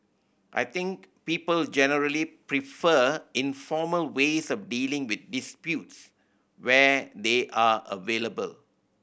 I think people generally prefer informal ways of dealing with disputes where they are available